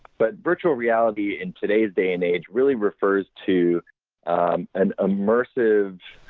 but virtual reality in today's day and age really refers to an immersive